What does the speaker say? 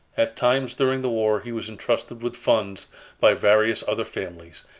at times during the war, he was entrusted with funds by various other families,